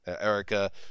Erica